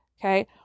Okay